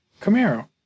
Camaro